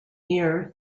year